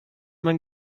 man